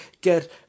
get